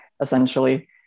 essentially